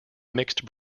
mixed